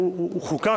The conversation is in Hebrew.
הוועדה.